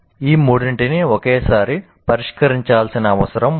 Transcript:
ఈ మూడింటినీ ఒకేసారి పరిష్కరించాల్సిన అవసరం ఉంది